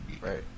right